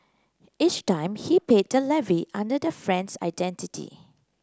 each time he paid the levy under the friend's identity